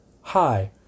Hi